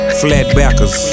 flatbackers